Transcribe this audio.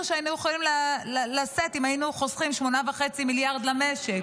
שהיינו יכולים לשאת אם היינו חוסכים 8.5 מיליארד למשק.